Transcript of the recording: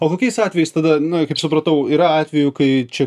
o kokiais atvejais tada na kaip supratau yra atvejų kai čia